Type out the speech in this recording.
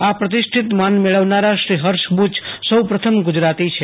આ પ્રતિષ્ઠિત માન મેળવનારા શ્રી હર્ષ બુ ચ સૌપ્રથમ ગુ જરાતી છે